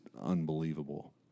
unbelievable